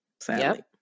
Sadly